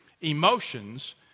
Emotions